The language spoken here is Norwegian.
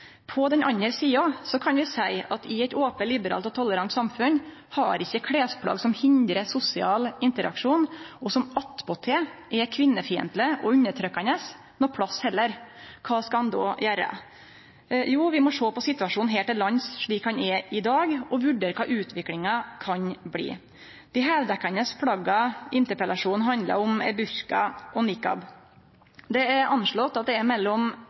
På den andre sida kan ein seie at i eit ope, liberalt og tolerant samfunn har klesplagg som hindrar sosial interaksjon – og som attpåtil er kvinnefiendtlege og undertrykkjande – ikkje nokon plass heller. Kva skal ein gjere? Vi må sjå på situasjonen her til lands slik han er i dag, og vurdere kva utviklinga kan bli. Dei heildekkjande plagga som interpellasjonen handlar om, er burka og niqab. Det er anslått at mellom